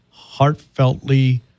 Heartfeltly